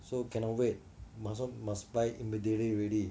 so cannot wait must so must buy immediately already